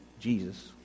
Jesus